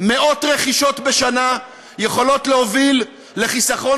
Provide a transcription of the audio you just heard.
מאות רכישות בשנה יכולות להוביל לחיסכון